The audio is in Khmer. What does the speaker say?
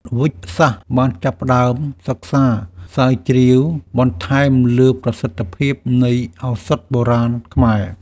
វិទ្យាសាស្ត្រវេជ្ជសាស្ត្របានចាប់ផ្តើមសិក្សាស្រាវជ្រាវបន្ថែមលើប្រសិទ្ធភាពនៃឱសថបុរាណខ្មែរ។